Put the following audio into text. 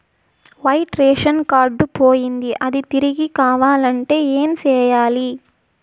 white ration card పోయింది అది తిరిగి కావాలంటే ఏం సేయాలి